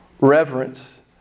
reverence